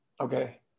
Okay